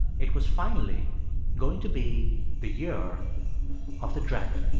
it was finally going to be the year of the dragon